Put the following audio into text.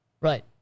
Right